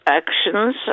actions